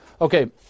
Okay